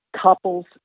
couples